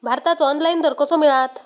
भाताचो ऑनलाइन दर कसो मिळात?